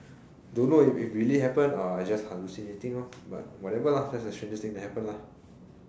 don't know if if really happen or I just hallucinating but whatever just the strangest thing to happen lah